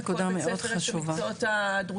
בכל בית ספר יש את המקצועות הדרושים,